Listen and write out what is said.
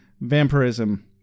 vampirism